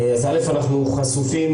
אז אנחנו נענים וחשופים